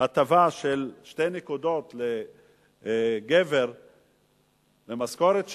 הטבה של שתי נקודות לגבר במשכורת שלו,